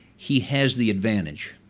he has the advantage.